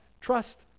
Trust